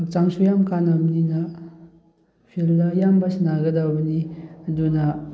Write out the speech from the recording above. ꯍꯛꯆꯥꯡꯁꯨ ꯌꯥꯝ ꯀꯥꯟꯅꯕꯅꯤꯅ ꯐꯤꯜꯗ ꯑꯌꯥꯝꯕ ꯁꯥꯟꯅꯒꯗꯕꯅꯦ ꯑꯗꯨꯅ